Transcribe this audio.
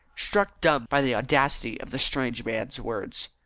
struck dumb by the audacity of the strange man's words.